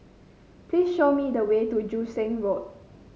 please show me the way to Joo Seng Road